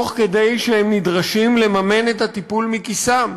והם נדרשים לממן את הטיפול מכיסם.